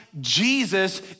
Jesus